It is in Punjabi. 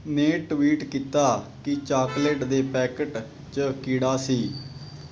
ਨੇ ਟਵੀਟ ਕੀਤਾ ਕਿ ਚਾਕਲੇਟ ਦੇ ਪੈਕੇਟ 'ਚ ਕੀੜਾ ਸੀ